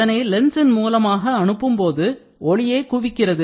அதனை லென்சின் மூலமாக அனுப்பும் போது ஒளியை குவிக்கிறது